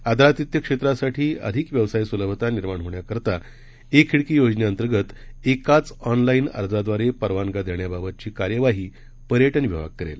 आदरातिथ्य क्षेत्रासाठी अधिक व्यवसाय सुलभता निर्माण होण्याकरीता एक खिडकी योजनेअंतर्गत एकाच ऑनलाईन अर्जाद्वारे परवानग्या देण्याबाबतची कार्यवाही पर्यटन विभाग करेल